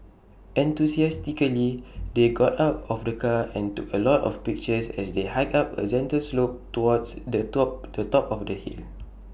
enthusiastically they got out of the car and took A lot of pictures as they hiked up A gentle slope towards the top the top of the hill